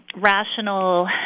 rational